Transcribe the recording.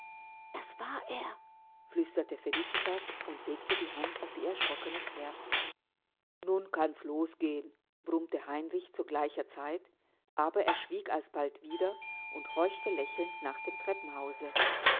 das war er flüsterte felicitas und legte die hand auf ihr erschrockenes herz nun kann's losgehn brummte heinrich zu gleicher zeit aber er schwieg alsbald wieder und horchte lächelnd nach dem treppenhause